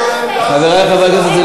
חברי חברי הכנסת,